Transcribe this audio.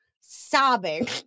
sobbing